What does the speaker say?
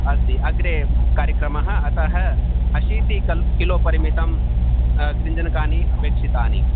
अस्ति अग्रे कार्यक्रमः अतः अशीति किलो परिमितं गृञ्जनकानि अपेक्षितानि